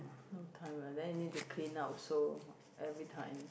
no time ah then you need to clean up also every time